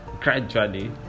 gradually